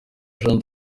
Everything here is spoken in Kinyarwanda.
jean